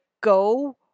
go